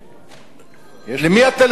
למי הטלפון שמצלצל כאן?